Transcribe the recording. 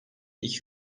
iki